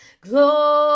glory